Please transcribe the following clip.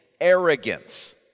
arrogance